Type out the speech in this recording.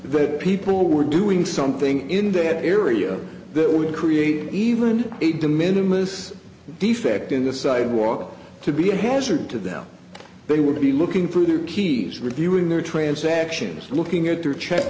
that people were doing something in the area that would create even a de minimus defect in the sidewalk to be a hazard to them they would be looking for their keys reviewing their transactions looking at their check